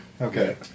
Okay